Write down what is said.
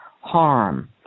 harm